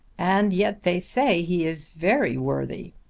and yet they say he is very worthy.